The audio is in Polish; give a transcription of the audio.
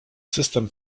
system